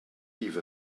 eve